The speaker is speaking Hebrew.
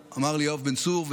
אמרו לי יואב בן צור,